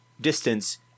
distance